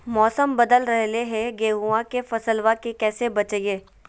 मौसम बदल रहलै है गेहूँआ के फसलबा के कैसे बचैये?